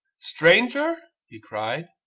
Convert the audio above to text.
stranger, he cried,